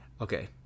Okay